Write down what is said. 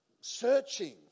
searching